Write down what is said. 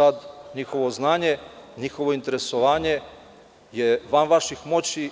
a njihovo znanje, njihovo interesovanje je van vaših moći.